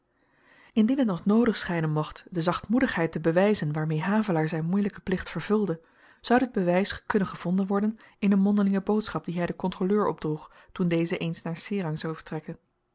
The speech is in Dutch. t nog noodig schynen mocht de zachtmoedigheid te bewyzen waarmee havelaar zyn moeielyken plicht vervulde zou dit bewys kunnen gevonden worden in een mondelinge boodschap die hy den kontroleur opdroeg toen deze eens naar serang zou vertrekken